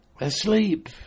Asleep